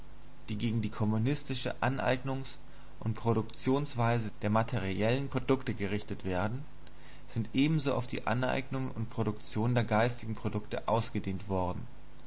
die gegen die kommunistische aneignungs und produktionsweise der materiellen produkte gerichtet werden sind ebenso auf die aneignung und produktion der geistigen produkte ausgedehnt worden